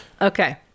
Okay